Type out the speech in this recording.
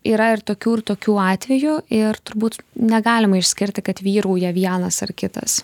yra ir tokių ir tokių atvejų ir turbūt negalima išskirti kad vyrauja vienas ar kitas